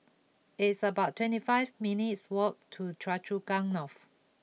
it's about twenty five minutes' walk to Choa Chu Kang North